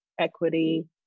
equity